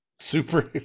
Super